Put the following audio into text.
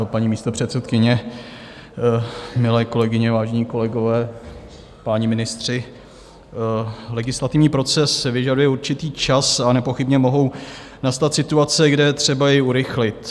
Paní místopředsedkyně, milé kolegyně, vážení kolegové, páni ministři, legislativní proces vyžaduje určitý čas a nepochybně mohou nastat situace, kde je třeba i urychlit.